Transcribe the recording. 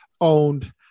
owned